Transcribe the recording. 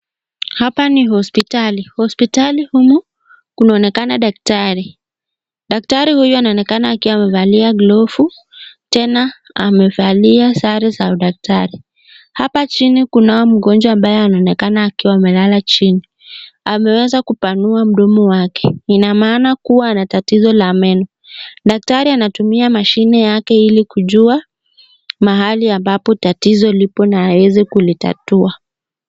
Hapa ni hospitali, hospitali humu kunaonekana daktari, daktari huyu anaonekana akiwa amevalia glovu tena amevalia sare za udaktari, hapa chini kunaye mgonjwa ambaye anaonekana akiwa amelala chini, ameweza kupanua mdomo wake, inamaana kuwa ana tatizo la meno, daktari anatumia mashine yake ili kujua mahali tatizo liko na aweze kulitatua.